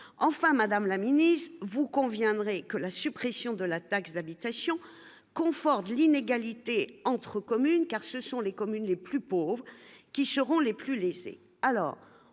enfin, Madame la Ministre, vous conviendrez que la suppression de la taxe d'habitation, confort de l'inégalité entre communes, car ce sont les communes les plus pauvres qui seront les plus lésés,